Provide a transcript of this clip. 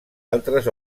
altres